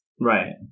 Right